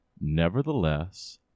Nevertheless